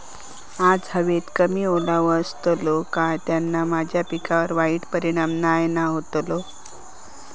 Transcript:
आज हवेत कमी ओलावो असतलो काय त्याना माझ्या पिकावर वाईट परिणाम नाय ना व्हतलो?